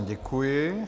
Děkuji.